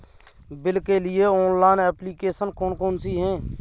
Bill के लिए online application कौन कौन सी हैं?